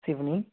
Seoni